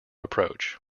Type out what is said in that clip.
approach